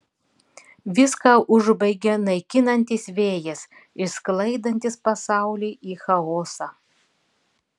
viską užbaigia naikinantis vėjas išsklaidantis pasaulį į chaosą